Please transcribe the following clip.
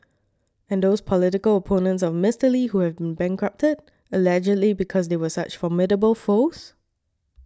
and those political opponents of Mister Lee who have been bankrupted allegedly because they were such formidable foes